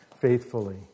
faithfully